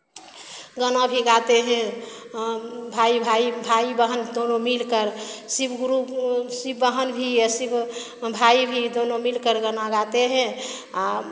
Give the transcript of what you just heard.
गाना भी गाते हैं भाई भाई भाई बहन दोनों मिलकर शिव गुरु शिव वाहन भी है शिव भाई भी दोनों मिलकर गना गाते हैं आ